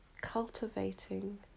cultivating